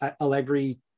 Allegri